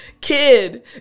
kid